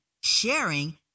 sharing